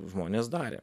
žmonės darė